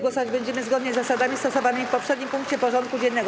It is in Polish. Głosować będziemy zgodnie z zasadami stosowanymi w poprzednim punkcie porządku dziennego.